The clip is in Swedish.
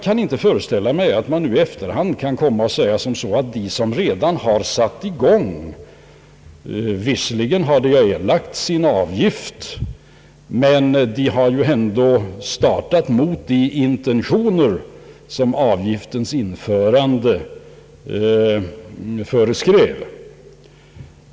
De som redan har satt i gång har visserligen erlagt sin avgift, men de har ju ändå startat mot de intentioner som låg bakom avgiftens införande.